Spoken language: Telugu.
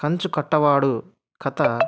కంచు కట్టవాడు కథ